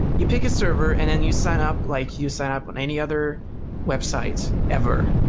you pick a server and then you sign up like you sign up on any other website ever.